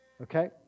Okay